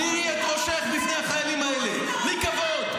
תתביישי לך.